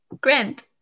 Grant